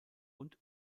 und